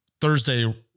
Thursday